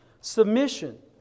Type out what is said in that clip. Submission